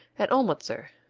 and olmutzer.